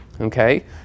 Okay